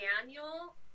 Daniel